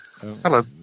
Hello